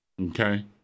Okay